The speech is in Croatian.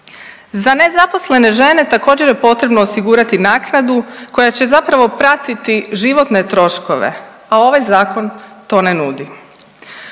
Za nezaposlene žene također je potrebno osigurati naknadu koja će zapravo pratiti životne troškove, a ovaj zakon to ne nudi.